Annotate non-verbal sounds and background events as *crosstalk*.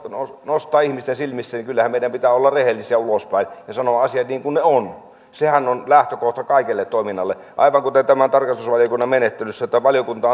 nostaa ihmisten silmissä niin kyllähän meidän pitää olla rehellisiä ulospäin ja sanoa asiat niin kuin ne ovat sehän on lähtökohta kaikelle toiminnalle aivan kuten tässä tarkastusvaliokunnan menettelyssä että valiokunta *unintelligible*